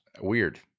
Weird